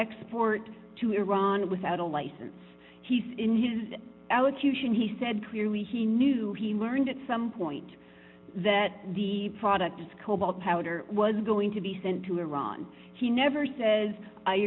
export to iran without a license he says in his allocution he said clearly he knew he learned at some point that the products cobalt powder was going to be sent to iran he never says i